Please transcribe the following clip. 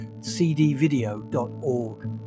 cdvideo.org